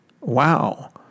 wow